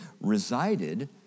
resided